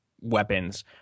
weapons